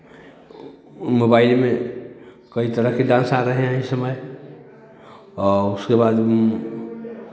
mobile में कई तरह के डांस आ रहे हैं इस समय और उसके बाद